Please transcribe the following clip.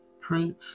preach